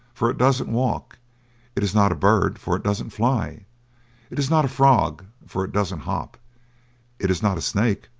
for it doesn't walk it is not a bird, for it doesn't fly it is not a frog, for it doesn't hop it is not a snake,